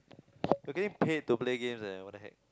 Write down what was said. you getting paid to play games eh what the heck